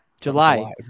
July